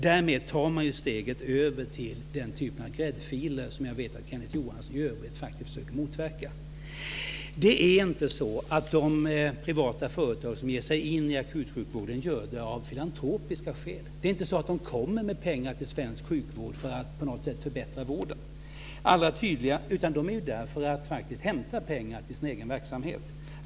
Därmed tar man steget över till den typ av gräddfiler som jag vet att Kenneth Johansson i övrigt faktiskt försöker motverka. Det är inte så att de privata företag som ger sig in i akutsjukvården gör det av filantropiska skäl. Det är inte så att de kommer med pengar till svensk sjukvård för att på något sätt förbättra vården. De är faktiskt där för att hämta pengar till sin egen verksamhet.